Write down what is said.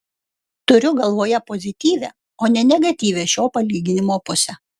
turiu galvoje pozityvią o ne negatyvią šio palyginimo pusę